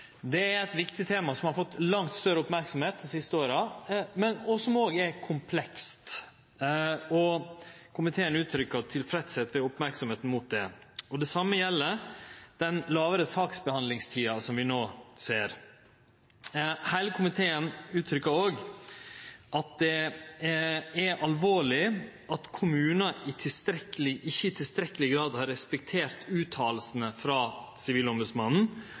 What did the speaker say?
Det er eit viktig tema, som har fått langt større merksemd dei siste åra, og som òg er komplekst, og komiteen uttrykkjer tilfredsheit med merksemda mot det. Det same gjeld den lågare saksbehandlingstida som vi no ser. Heile komiteen uttrykkjer òg at det er alvorleg at kommunar ikkje i tilstrekkeleg grad har respektert fråsegnene frå Sivilombodsmannen.